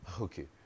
Okay